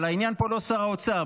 העניין פה הוא לא שר האוצר.